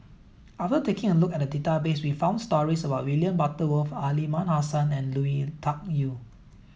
after taking a look at the database we found stories about William Butterworth Aliman Hassan and Lui Tuck Yew